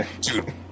dude